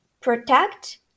protect